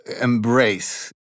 embrace